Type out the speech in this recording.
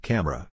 Camera